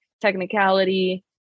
technicality